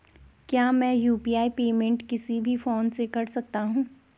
क्या मैं UPI payment किसी भी फोन से कर सकता हूँ?